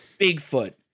Bigfoot